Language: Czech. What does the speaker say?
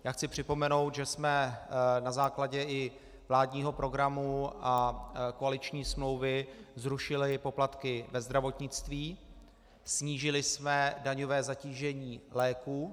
Já chci připomenout, že jsme i na základě vládního programu a koaliční smlouvy zrušili poplatky ve zdravotnictví, snížili jsme daňové zatížení léků.